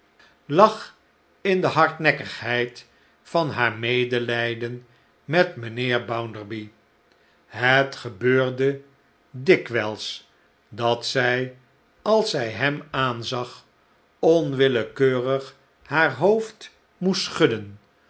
lag in de hardnekkigheid van haar medelijden met mijnheer bounderby het gebeurde dikwijls dat zij als zij hem aanzag onwillekeurig riaar hoofd moest schudden